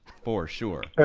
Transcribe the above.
for sure.